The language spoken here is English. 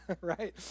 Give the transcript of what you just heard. Right